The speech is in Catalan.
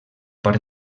pare